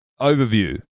overview